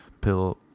pill